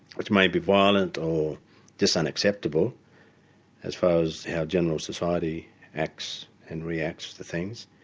which may be violent or just unacceptable as far as how general society acts and reacts to things,